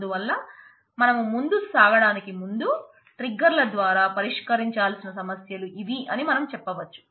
అందువల్ల మనం ముందుకు సాగడానికి ముందు ట్రిగ్గర్ ల ద్వారా పరిష్కరించాల్సిన సమస్యలు ఇవి అని మనం చెప్పవచ్చు